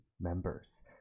members